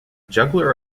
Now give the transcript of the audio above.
juggler